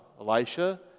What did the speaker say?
Elisha